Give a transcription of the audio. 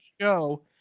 show